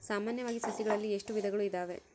ಸಾಮಾನ್ಯವಾಗಿ ಸಸಿಗಳಲ್ಲಿ ಎಷ್ಟು ವಿಧಗಳು ಇದಾವೆ?